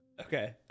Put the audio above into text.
Okay